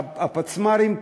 הפצמ"רים,